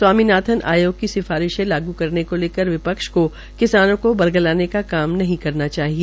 स्वामीनाथन आयोग की सिफारिशों लागू करने को लेकर विपक्ष को किसानों को बरगलाने का काम नहीं करना चाहिए